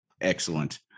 Excellent